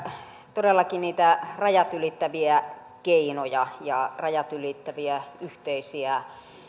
todellakin myös niitä rajat ylittäviä keinoja ja rajat ylittäviä yhteisiä